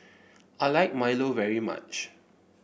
I like Milo very much